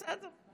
בסדר.